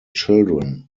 children